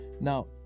Now